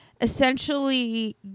essentially